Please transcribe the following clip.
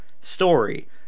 story